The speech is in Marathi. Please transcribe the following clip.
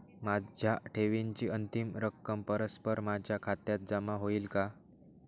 माझ्या ठेवीची अंतिम रक्कम परस्पर माझ्या खात्यात जमा होईल का?